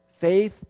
Faith